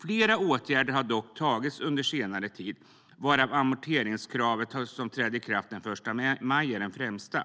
Flera åtgärder har dock vidtagits under senare tid, varav amorteringskravet som träder i kraft den 1 maj är det främsta.